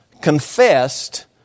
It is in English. confessed